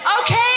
Okay